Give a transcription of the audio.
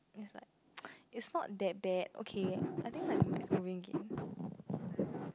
it's like it's not that bad okay I think I might have a